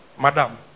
Madam